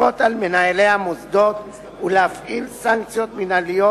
לכפות על מנהלי מוסדות ולהפעיל סנקציות מינהליות